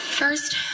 First